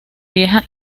vieja